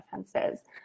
offenses